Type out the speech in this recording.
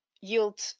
yield